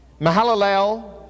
Mahalalel